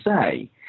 say